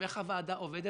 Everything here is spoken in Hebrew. איך הוועדה עובדת?